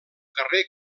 carrer